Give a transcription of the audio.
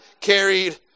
carried